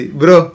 bro